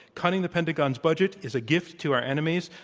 cutting the pentagon's budget is a gift to our enemies.